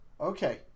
Okay